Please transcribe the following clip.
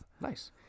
nice